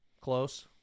close